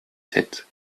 sept